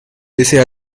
bisher